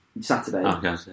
Saturday